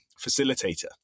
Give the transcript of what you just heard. facilitator